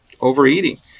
overeating